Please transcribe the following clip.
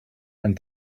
and